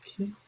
okay